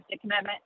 commitment